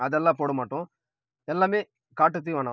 அதெல்லாம் போட மாட்டோம் எல்லாமே காட்டுத் தீவனம்